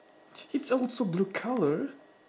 it's also blue colour